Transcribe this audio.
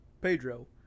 Pedro